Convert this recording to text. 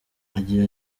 agira